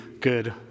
good